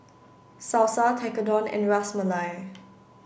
Salsa Tekkadon and Ras Malai